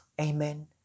Amen